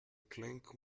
clink